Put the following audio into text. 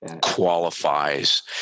qualifies